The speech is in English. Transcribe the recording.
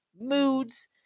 moods